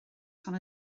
tan